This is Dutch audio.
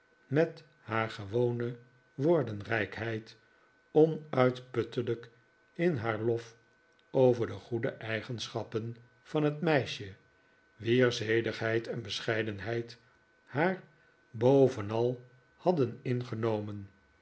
met haar gewone woordenrijkheid onuitputtelijk in haar lof over de goede eigenschappen van het meisje wier zedigheid en bfescheidenheid haar bovenal hadden ingenomen